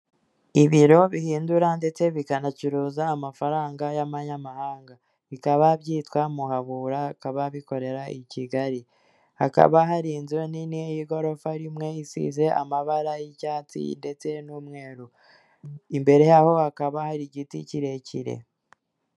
Ibiro bihindura ndetse bikanacuruza amafaranga y'amanyamahanga bikaba byitwa muhabura bikaba bikorera i Kigali, hakaba hari inzu nini y'igorofa rimwe isize amabara y'icyatsi ndetse n'umweru, imbere yaho hakaba hari igiti kirekire.